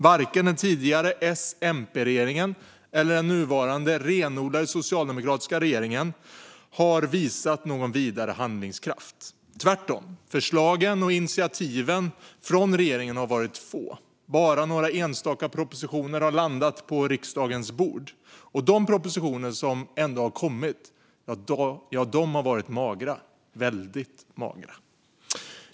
Varken den tidigare S-MP-regeringen eller den nuvarande renodlade socialdemokratiska regeringen har visat någon vidare handlingskraft. Tvärtom har förslagen och initiativen från regeringen varit få. Bara några enstaka propositioner har landat på riksdagens bord. Och de propositioner som ändå har kommit har varit magra, väldigt magra.